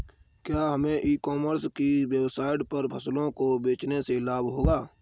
क्या हमें e commerce की वेबसाइट पर फसलों को बेचने से लाभ होगा?